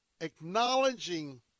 acknowledging